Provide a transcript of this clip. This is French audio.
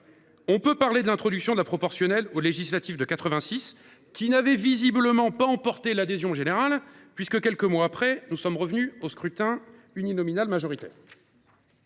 aussi parler de l’introduction de la proportionnelle aux législatives de 1986, qui n’avait visiblement pas emporté l’adhésion générale, puisque nous sommes revenus au scrutin uninominal majoritaire